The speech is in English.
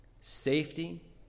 safety